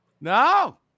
No